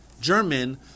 German